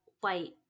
white